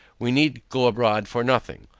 we need go abroad for nothing.